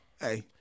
Hey